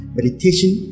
Meditation